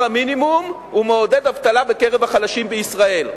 המינימום הוא מעודד אבטלה בקרב החלשים בישראל.